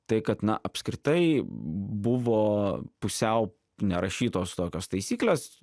tai kad na apskritai buvo pusiau nerašytos tokios taisyklės